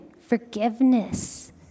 forgiveness